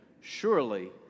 Surely